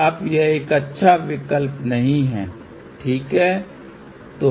अतः यह एक अच्छा विकल्प नहीं है ठीक है